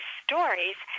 stories